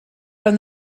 from